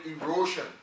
erosion